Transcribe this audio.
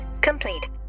complete